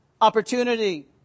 opportunity